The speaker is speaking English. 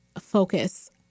focus